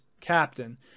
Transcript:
captain